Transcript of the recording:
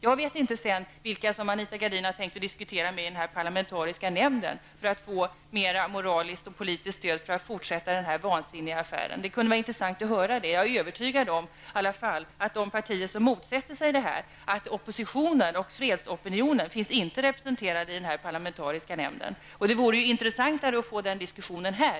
Jag vet inte vilka Anita Gradin har tänkt att diskutera med i den parlamentariska nämnden för att få mer moraliskt och politiskt stöd för att fortsätta denna vansinniga färd. Det kunde vara intressant att höra det. Jag är i alla fall övertygad om att de partier som motsätter sig detta, oppositionen och fredsopinionen, inte finns representerade i denna parlamentariska nämnd. Det vore i så fall intressantare att få den diskussionen här.